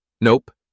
Nope